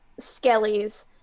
skellies